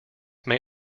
may